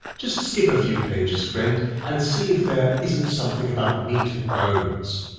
just skip a few pages, friend, and see if there isn't something about meat and bones.